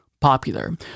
popular